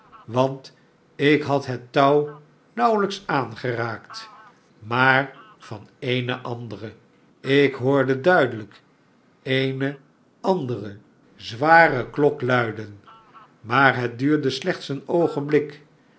want ik had het touw nauwelijks aangeraakt maar van eene andere ik hoorde duidelijk eene andere zware klok luiden maar het duurde slechts een oogenblik